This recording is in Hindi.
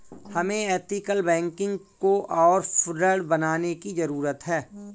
हमें एथिकल बैंकिंग को और सुदृढ़ बनाने की जरूरत है